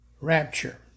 rapture